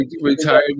retired